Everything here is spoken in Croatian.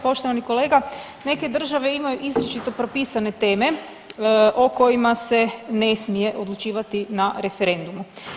Poštovani kolega, neke države imaju izričito propisane teme o kojima se ne smije odlučivati na referendumu.